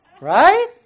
Right